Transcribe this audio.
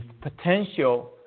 potential